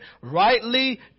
rightly